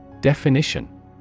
Definition